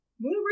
Moon